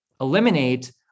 eliminate